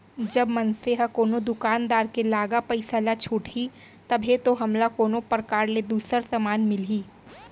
जब मनसे ह कोनो दुकानदार के लागा पइसा ल छुटही तभे तो हमला कोनो परकार ले दूसर समान मिलही